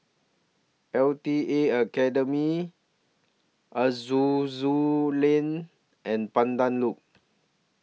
L T A Academy Aroozoo Lane and Pandan Loop